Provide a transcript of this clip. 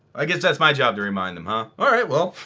i guess that's my job to remind them huh? alright, well,